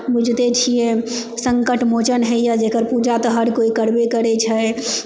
बुझिते छियै सङ्कट मोचन होइए जेकर पूजा तऽ हर कोइ करबे करए छै